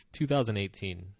2018